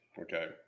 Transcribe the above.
Okay